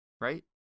right